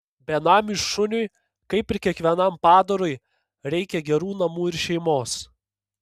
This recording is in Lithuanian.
benamiui šuniui kaip ir kiekvienam padarui reikia gerų namų ir šeimos